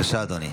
(תיקון,